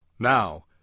Now